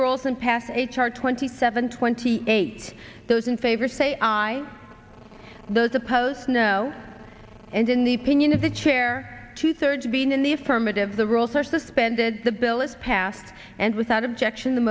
rolls and pass h r twenty seven twenty eight those in favor say aye those opposed no and in the pinion of the chair two thirds being in the affirmative the rules are suspended the bill is passed and without objection t